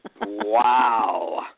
Wow